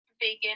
vegan